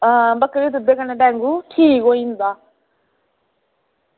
आं बक्करियै दे दुद्ध कन्नै डेंगू ठीक होई जंदा